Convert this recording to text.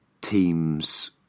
teams